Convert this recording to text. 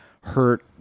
hurt